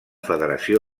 federació